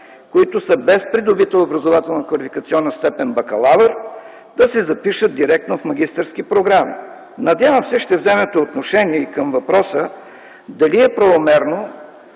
които са без придобита образователно-квалификационна степен „бакалавър”, да се запишат директно в магистърски програми? Надявам се, ще вземете отношение и към въпроса дали е правомерно